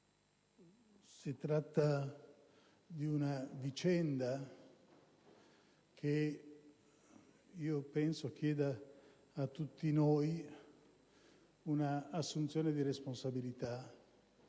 Si tratta di una vicenda che penso richieda a tutti noi un'assunzione di responsabilità.